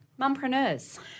mumpreneurs